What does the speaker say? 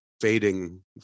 fading